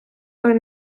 той